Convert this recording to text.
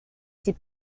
ses